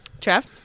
Trev